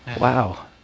Wow